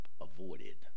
avoided